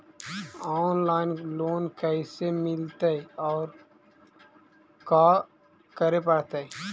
Online loan कैसे मिलतै औ का करे पड़तै?